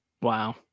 Wow